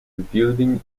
rebuilding